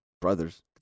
brothers